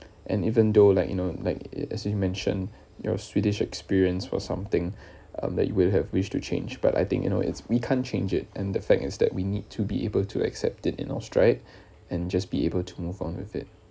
and even though like you know like as you mentioned your swedish experience was something um that you will have wished to change but I think you know it's we can't change it and the fact is that we need to be able to accept it in our stride and just be able to move on with it